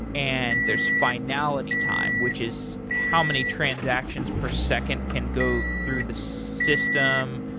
and there's finality time, which is how many transactions per second can go through the system,